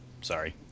sorry